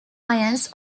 ions